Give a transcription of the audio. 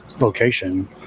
location